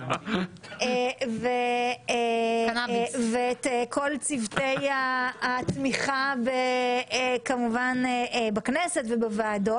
ואת כל צוותי התמיכה וכמובן בכנסת ובוועדות,